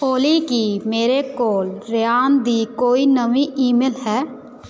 ਓਲੀ ਕੀ ਮੇਰੇ ਕੋਲ ਰਿਆਨ ਦੀ ਕੋਈ ਨਵੀਂ ਈਮੇਲ ਹੈ